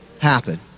happen